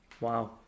Wow